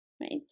right